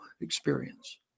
experience